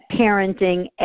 parenting